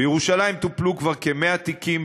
בירושלים טופלו כבר כ-100 תיקים.